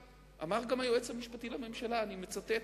אמר גם היועץ המשפטי לממשלה, ואני מצטט